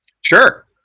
sure